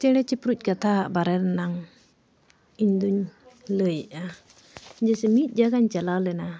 ᱪᱮᱬᱮᱼᱪᱤᱯᱨᱩ ᱠᱟᱛᱷᱟ ᱵᱟᱨᱮ ᱨᱮᱱᱟᱜ ᱤᱧ ᱫᱩᱧ ᱞᱟᱹᱭᱮᱜᱼᱟ ᱡᱮᱭᱥᱮ ᱢᱤᱫ ᱡᱟᱭᱜᱟᱧ ᱪᱟᱞᱟᱣ ᱞᱮᱱᱟ